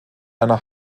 einer